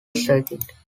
circuit